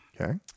Okay